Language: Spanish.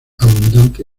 abundante